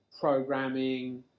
programming